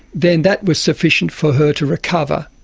then that was sufficient for her to recover.